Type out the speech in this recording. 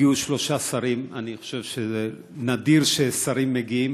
הגיעו שלושה שרים, אני חושב שנדיר ששרים מגיעים: